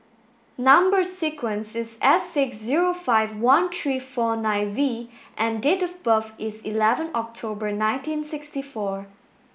number sequence is S six zero five one three four nine V and date of birth is eleven October nineteen sixty four